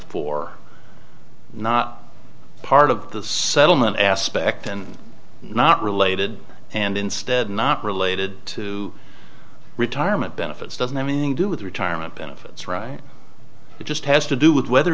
for not part of the settlement aspect and not related and instead not related to retirement benefits doesn't have anything to do with retirement benefits right it just has to do with whether